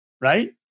right